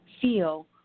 feel